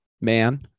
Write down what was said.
Man